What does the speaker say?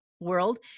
world